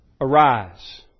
Arise